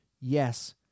yes